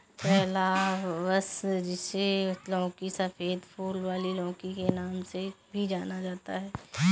calabash, जिसे लौकी, सफेद फूल वाली लौकी के नाम से भी जाना जाता है